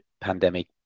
pandemic